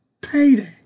Payday